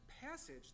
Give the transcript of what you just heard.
passage